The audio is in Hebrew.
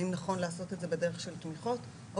האם נכון לעשות את זה בדרך של תמיכות או